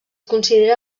considera